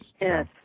yes